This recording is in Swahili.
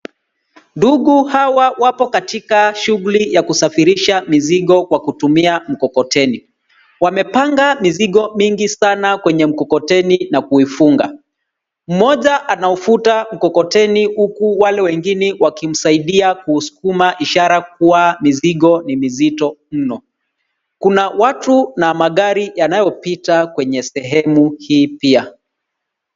Ndugu hawa wapo katika shughuli ya kusafirisha mizigo kwa kutumia mkokoteni. Wamepanga mizigo mingi sana kwenye mkokoteni na kuifuga. Mmoja anauvuta mkokoteni huku wale wengine wakimsaidia kuuskuma ishara kuwa mizigo ni mizito mno. Kuna watu na magari yanayopita kwenye sehemu hii pia.